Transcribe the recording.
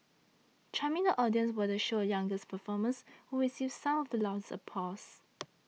charming the audiences were the show's youngest performers who received some of the loudest applause